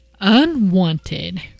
unwanted